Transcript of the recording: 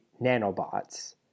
nanobots